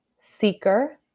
seeker